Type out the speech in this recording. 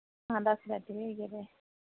हां दस बाकी बैड्ड बी आए गेदे